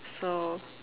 so